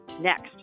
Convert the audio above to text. next